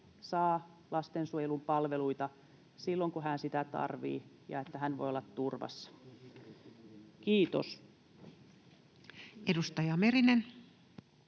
saa lastensuojelun palveluita silloin, kun hän tarvitsee, ja että hän voi olla turvassa. — Kiitos. [Speech